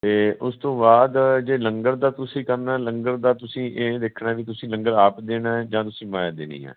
ਅਤੇ ਉਸ ਤੋਂ ਬਾਅਦ ਜੇ ਲੰਗਰ ਦਾ ਤੁਸੀਂ ਕਰਨਾ ਲੰਗਰ ਦਾ ਤੁਸੀਂ ਇਹ ਦੇਖਣਾ ਵੀ ਤੁਸੀਂ ਲੰਗਰ ਆਪ ਦੇਣਾ ਜਾਂ ਤੁਸੀਂ ਮਾਇਆ ਦੇਣੀ ਹੈ